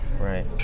Right